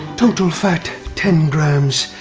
total fat, ten grams,